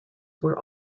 were